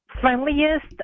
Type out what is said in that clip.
friendliest